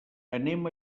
anem